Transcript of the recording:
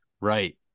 right